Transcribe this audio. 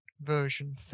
version